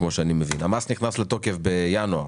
המס נכנס לתוקף בינואר,